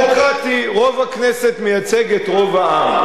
דמוקרטי רוב הכנסת מייצג את רוב העם.